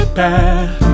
bad